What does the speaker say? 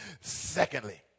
secondly